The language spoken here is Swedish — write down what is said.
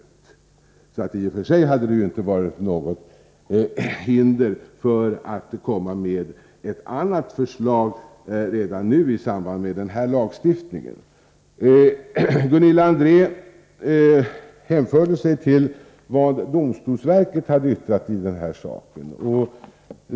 I och för sig hade det inte varit något hinder för att lägga fram ett annat förslag redan nu i samband med den här lagstiftningen. Gunilla André hänvisade till vad domstolsverket hade yttrat i den här saken.